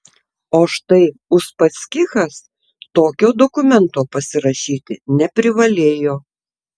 o štai uspaskichas tokio dokumento pasirašyti neprivalėjo